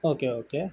okay okay